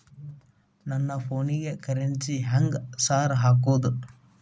ನನ್ ಫೋನಿಗೆ ಕರೆನ್ಸಿ ಹೆಂಗ್ ಸಾರ್ ಹಾಕೋದ್?